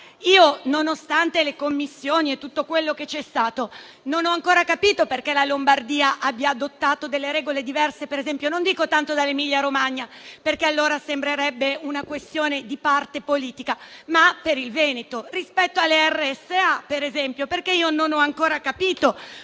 e, nonostante le commissioni e tutto quello che c'è stato, non ho ancora capito perché la Lombardia abbia adottato delle regole diverse, e non dico tanto dall'Emilia Romagna, perché allora sembrerebbe una questione di parte politica, ma dal Veneto. Rispetto alle RSA per esempio, io non ho ancora capito